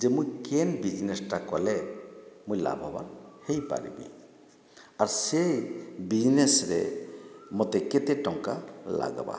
ଯେ ମୁଇଁ କେନ୍ ବିଜ୍ନେସ୍ଟା କଲେ ମୁଇଁ ଲାଭବାନ୍ ହେଇପାରିବି ଆର୍ ସେ ବିଜ୍ନେସ୍ରେ ମୋତେ କେତେ ଟଙ୍କା ଲାଗ୍ବା